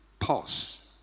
Pause